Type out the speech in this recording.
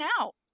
out